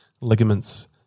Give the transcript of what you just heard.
ligaments